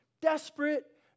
desperate